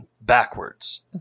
backwards